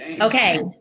Okay